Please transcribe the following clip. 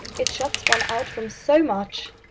it shuts one out from so much.